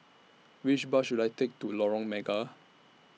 Which Bus should I Take to Lorong Mega